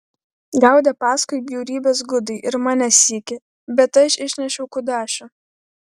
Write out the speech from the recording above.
gaudė paskui bjaurybės gudai ir mane sykį bet aš išnešiau kudašių